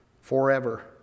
forever